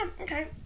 okay